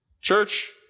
Church